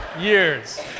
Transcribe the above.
years